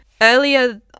Earlier